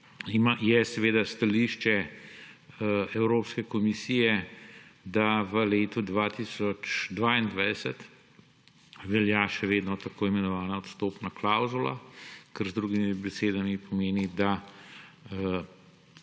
Tukaj je seveda stališče Evropske komisije, da v letu 2022 velja še vedno tako imenovana odstopna klavzula, kar z drugimi besedami pomeni, da